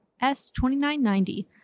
S-2990